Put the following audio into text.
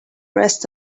rest